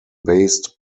based